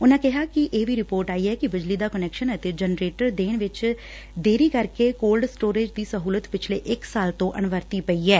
ਉਨਾਂ ਕਿਹਾ ਕਿ ਇਹ ਵੀ ਰਿਧੋਰਟ ਆਈ ਐ ਕਿ ਬਿਜਲੀ ਦਾ ਕੁਨੈਕਸ਼ਨ ਅਤੇ ਜਨਰੇਟਰ ਦੇਣ ਵਿਚ ਕੀਤੀ ਦੇਰੀ ਕਰਕੇ ਕੋਲਡ ਸਟੋਰੇਜ ਦੀ ਸਹੂਲਤ ਪਿਛਲੇ ਇੱਕ ਸਾਲ ਤੋਂ ਅਣਵਰਤੀ ਪਈ ਐ